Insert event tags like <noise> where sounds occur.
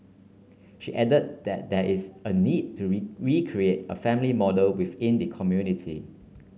she added that there is a need to <unintelligible> recreate a family model within the community